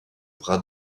bras